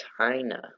China